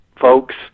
folks